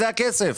זה הכסף.